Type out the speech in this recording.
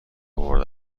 برده